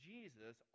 Jesus